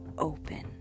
Open